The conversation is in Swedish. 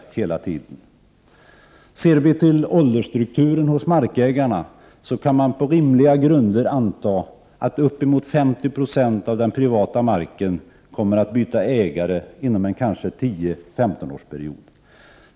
2 februari 1989 Ser vi till åldersstrukt h kä sk i på rimliga grunder anta er vi ti lersstrukturen hos markägarna, kan vi på rimliga g Allmänpölitisk debatt att uppemot 50 96 av den privata marken kommer att byta ägare inom en kanske 10-15-årsperiod.